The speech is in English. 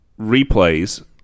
replays